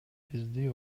бизди